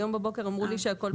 היום בבוקר אמרו לי שהכול בסדר.